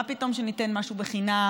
מה פתאום שניתן משהו חינם?